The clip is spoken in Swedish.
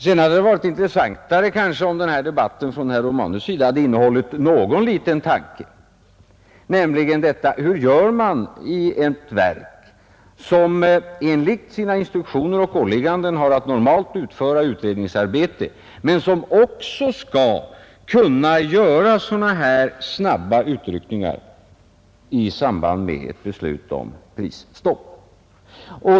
Sedan hade det kanske också varit mera intressant om denna debatt från herr Romanus” sida hade innehållit någon liten tanke om hur man skall göra i ett verk, som enligt sina instruktioner och åligganden normalt har att utföra utredningsarbete, men som också skall kunna göra sådana här snabba utryckningar i samband med ett beslut om prisstopp.